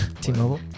T-Mobile